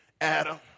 Adam